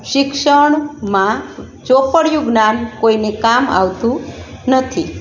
શિક્ષણમાં ચોપડીયું જ્ઞાન કોઈને કામ આવતું નથી